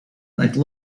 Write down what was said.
like